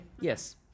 Yes